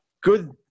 good